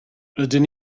rydyn